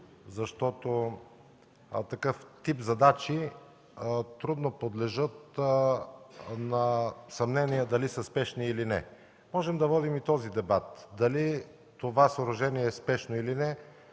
защото такъв тип задачи трудно подлежат на съмнение дали са спешни, или не. Можем да водим и дебат дали съоръжението е спешно, или не